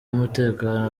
y’umutekano